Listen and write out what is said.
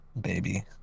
baby